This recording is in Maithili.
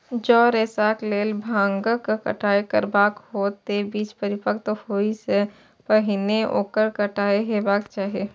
जौं रेशाक लेल भांगक कटाइ करबाक हो, ते बीज परिपक्व होइ सं पहिने ओकर कटाइ हेबाक चाही